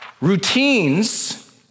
routines